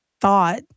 thought